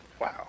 wow